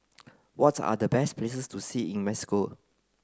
what are the best places to see in Mexico